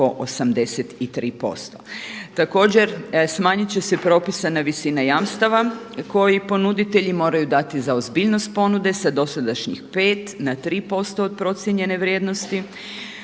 Također smanjit će se propisana visina jamstava koji ponuditelji moraju dati za ozbiljnost ponude sa dosadašnjih 5 na 3% od procijenjene vrijednosti.